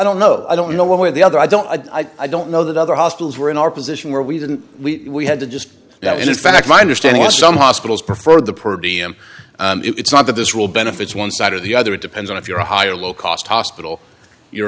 don't know i don't know one way or the other i don't i don't know that other hospitals were in our position where we didn't we had to just that in fact my understanding was some hospitals prefer the per diem it's not that this will benefit one side or the other it depends on if you're a high or low cost hospital you're